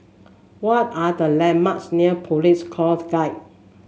what are the landmarks near Police Coast Guard